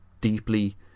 deeply